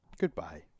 Goodbye